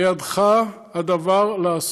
בידך הדבר לעשותו.